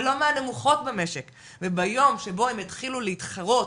ולא מהנמוכות במשק וביום שבו הם יתחילו להתחרות,